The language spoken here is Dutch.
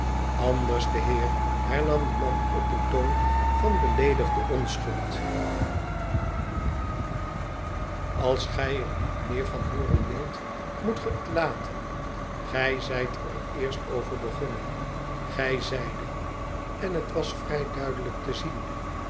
anderste heer hernam de man op een toon van beleedigde onschuld onze wedkrzudsche vriend als gij ér niet meer van hooren wilt moet ge t laten gij zijt er eerst over begonnen gij zeidet en het was vrij duidelijk te zien